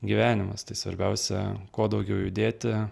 gyvenimas tai svarbiausia kuo daugiau judėti